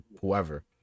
whoever